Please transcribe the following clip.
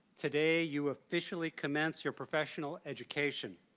today, you officially commence your professional education.